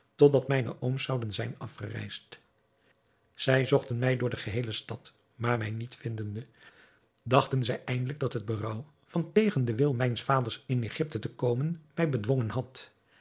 dat mijne ooms zouden zijn afgereisd zij zochten mij door de geheele stad maar mij niet vindende dachten zij eindelijk dat het berouw van tegen den wil mijns vaders in egypte te komen mij bewogen had